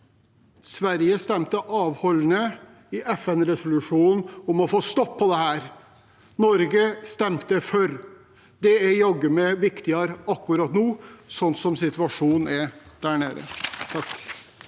Sverige stemte avholdende i FN-resolusjonen om å få stopp på dette. Norge stemte for. Det er jaggu meg viktigere akkurat nå, sånn som situasjonen er der nede.